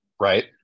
right